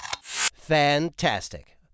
Fantastic